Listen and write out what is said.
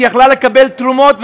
היא יכלה לקבל תרומות,